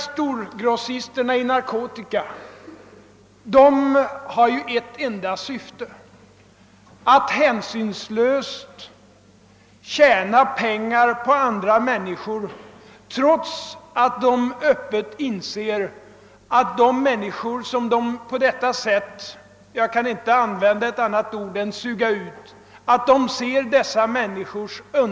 Storgrossisterna i narkotika har ju ett enda syfte: att hänsynslöst tjäna pengar på andra människor trots att de öppet inser hur det går för de människor som på detta sätt — jag kan inte använda ett annat ord — sugs ut.